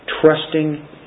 trusting